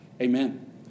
Amen